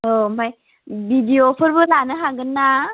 औ ओमफ्राय बिदिअ'फोरबो लानो हागोन ना